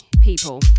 people